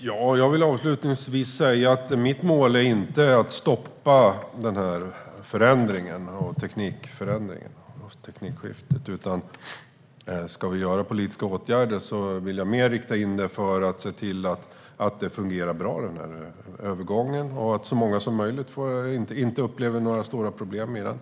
Fru talman! Mitt mål är inte att stoppa teknikförändringen och teknikskiftet. Ska vi vidta politiska åtgärder vill jag mer rikta in dem mot att se till att övergången fungerar bra och att så få som möjligt upplever några stora problem med den.